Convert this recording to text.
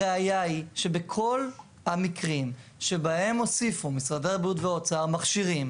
הראיה היא שבכל המקרים שבהם הוסיפו משרדי הבריאות והאוצר מכשירים